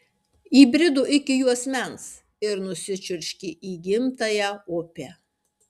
įbrido iki juosmens ir nusičiurškė į gimtąją upę